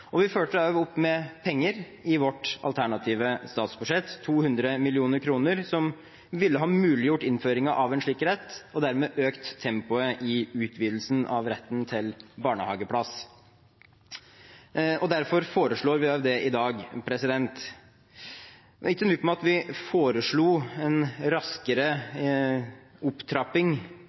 på plass. Vi fulgte også opp med penger i vårt alternative statsbudsjett, 200 mill. kr, som ville ha muliggjort innføringen av en slik rett, og dermed økt tempoet i utvidelsen av retten til barnehageplass. Derfor foreslår vi det også i dag. Og ikke nok med at vi foreslo en raskere opptrapping